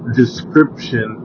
description